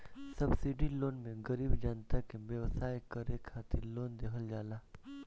subsidy loan मे गरीब जनता के व्यवसाय करे खातिर लोन देहल जाला